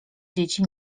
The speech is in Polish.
dzieci